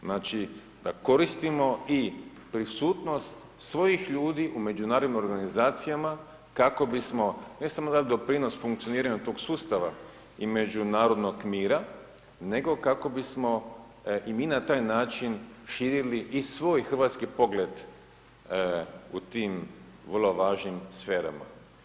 Znači koristimo i prisutnost svojih ljudi u međunarodnim organizacijama, kako bismo, ne samo dali doprinos funkcioniranje tog sustava i međunarodnog mira, nego kako bismo i mi na taj način, širili i svoj hrvatski pogled u tim vrlo važnim sferama.